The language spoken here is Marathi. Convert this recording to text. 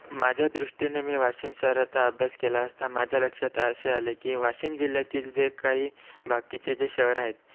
माझ्या दृष्टीने मी वाशिम शहराचा अभ्यास केला असता माझ्या लक्षात असे आले की वाशिम जिल्ह्यातील जे काही बाकीचे जे शहरं आहेत